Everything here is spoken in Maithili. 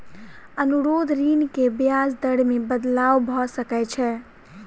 अनुरोध ऋण के ब्याज दर मे बदलाव भ सकै छै